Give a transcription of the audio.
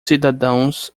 cidadãos